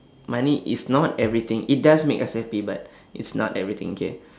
money is not everything it does make us happy but it's not everything okay